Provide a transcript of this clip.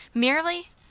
merely!